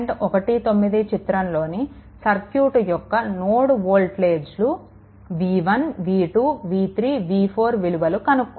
19 చిత్రంలోని సర్క్యూట్ యొక్క నోడ్ వోల్టేజ్లు v1 v2 v3 v4 విలువలు కనుక్కోవాలి